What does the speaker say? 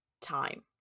time